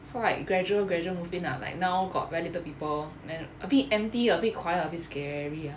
so like gradual gradual move in lah like now got very little people and then a bit empty a bit quiet a bit scary ah